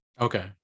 okay